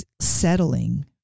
settling